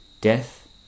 death